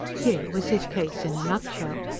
here was his case in a nutshell.